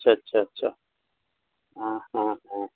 اچھا اچھا اچھا ہاں ہاں ہاں